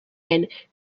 and